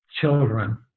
Children